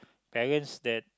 parents that